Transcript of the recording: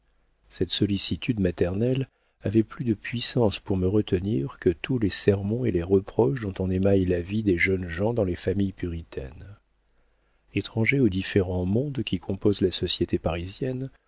cette sollicitude maternelle avait plus de puissance pour me retenir que tous les sermons et les reproches dont on émaille la vie des jeunes gens dans les familles puritaines étranger aux différents mondes qui composent la société parisienne